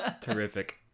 terrific